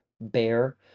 Bear